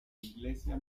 iglesia